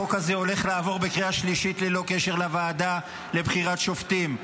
החוק הזה הולך לעבור בקריאה שלישית ללא קשר לוועדה לבחירת שופטים.